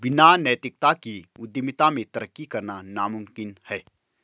बिना नैतिकता के उद्यमिता में तरक्की करना नामुमकिन है